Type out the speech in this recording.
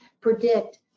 predict